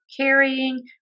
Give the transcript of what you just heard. carrying